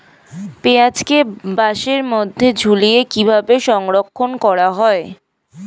পেঁয়াজকে বাসের মধ্যে ঝুলিয়ে কিভাবে সংরক্ষণ করা হয়?